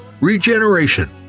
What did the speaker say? Regeneration